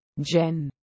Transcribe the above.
Jen